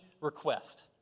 request